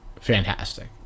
fantastic